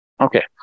Okay